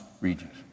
regions